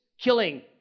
killing